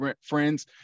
friends